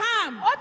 Come